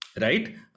Right